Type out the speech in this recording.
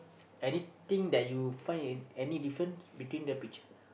anything that you find any any difference between the picture